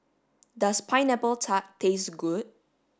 does pineapple tart taste good